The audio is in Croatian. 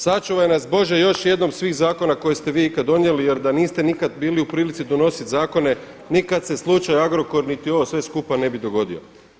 Sačuvaj nas Bože još jednom svih zakona koje ste vi ikad donijeli jer da niste nikada bili u prilici donositi zakone nikad se slučaj Agrokor niti ovo sve skupa ne bi dogodio.